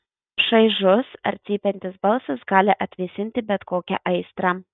šaižus ar cypiantis balsas gali atvėsinti bet kokią aistrą